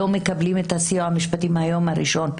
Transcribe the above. לא מקבלים את הסיוע המשפטי מהיום הראשון,